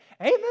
Amen